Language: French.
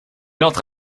entre